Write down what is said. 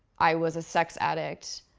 i was a sex addict,